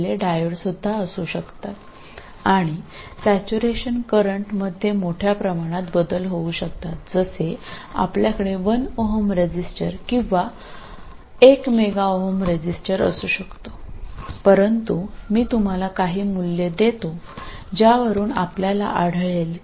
നിങ്ങൾക്ക് ഒരു ഓം റെസിസ്റ്ററോ ഒരു മെഗാ ഓം റെസിസ്റ്ററോ ഉള്ളതുപോലെ സാച്ചുറേഷൻ കറന്റ് വ്യാപകമായി വ്യത്യാസപ്പെടാം എന്നാൽ ഇത് 10 15 A എന്ന വളരെ ചെറിയ സംഖ്യയായിരിക്കുമെന്ന് നിങ്ങൾക്ക് കണ്ടെത്താനാകുന്ന ചില മൂല്യങ്ങൾ ഞാൻ നിങ്ങൾക്ക് നൽകുന്നു